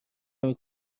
نمی